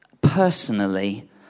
personally